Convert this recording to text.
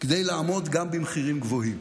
כדי לעמוד גם במחירים גבוהים.